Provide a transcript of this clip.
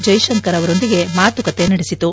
ಜ್ಟೆಶಂಕರ್ ಅವರೊಂದಿಗೆ ಮಾತುಕತೆ ನಡೆಸಿತು